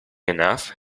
enough